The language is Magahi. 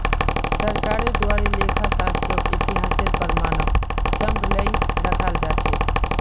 सरकारेर द्वारे लेखा शास्त्रक इतिहासेर प्रमाणक सम्भलई रखाल जा छेक